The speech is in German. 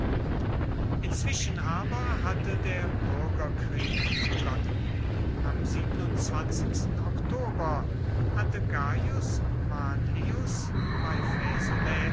inzwischen aber hatte der bürgerkrieg begonnen am oktober hatte gaius manlius bei